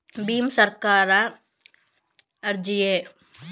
ಭೀಮ್ ಸರ್ಕಾರಿ ಅರ್ಜಿಯೇ?